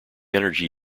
energy